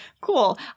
cool